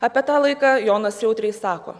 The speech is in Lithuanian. apie tą laiką jonas jautriai sako